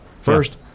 First